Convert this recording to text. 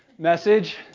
Message